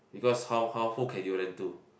because how how who can you then to